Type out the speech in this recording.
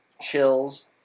chills